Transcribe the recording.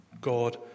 God